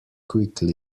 quickly